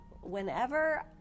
whenever